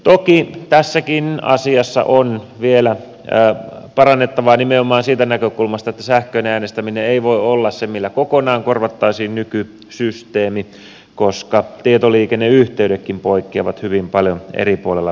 toki tässäkin asiassa on vielä parannettavaa nimenomaan siitä näkökulmasta että sähköinen äänestäminen ei voi olla se millä kokonaan korvattaisiin nykysysteemi koska tietoliikenneyhteydet kin poikkeavat hyvin paljon toisistaan eri puolilla suomea